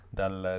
dal